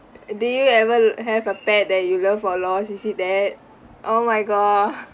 did you ever l~ have a pet that you love or lost is it that oh my god